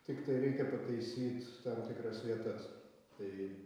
tiktai reikia pataisyt tam tikras vietas tai